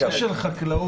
נושא של החקלאות,